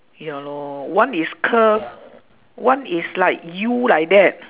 ya lor one is curve one is like U like that